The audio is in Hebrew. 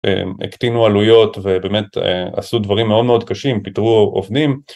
הקטינו עלויות ובאמת עשו דברים מאוד מאוד קשים, פיתרו עובדים.